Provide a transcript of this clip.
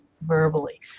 verbally